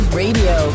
radio